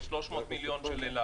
ו-300 מיליון דולר של אל על.